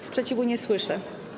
Sprzeciwu nie słyszę.